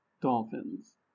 dolphins